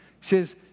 says